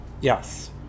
Yes